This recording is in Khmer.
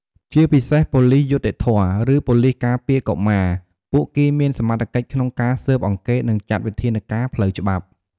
ជាពិសេសប៉ូលិសយុត្តិធម៌ ឬប៉ូលិសការពារកុមារ ពួកគេមានសមត្ថកិច្ចក្នុងការស៊ើបអង្កេត និងចាត់វិធានការផ្លូវច្បាប់។